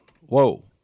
Whoa